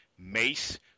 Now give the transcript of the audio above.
Mace